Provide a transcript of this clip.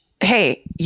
hey